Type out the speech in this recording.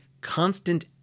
constant